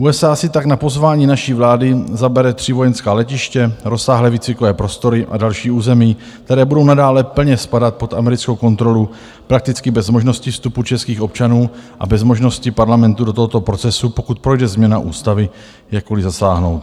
USA si tak na pozvání naší vlády zaberou tři vojenská letiště, rozsáhlé výcvikové prostory a další území, které budou nadále plně spadat pod americkou kontrolu prakticky bez možnosti vstupu českých občanů a bez možnosti Parlamentu do tohoto procesu, pokud projde změna ústavy, jakkoli zasáhnout.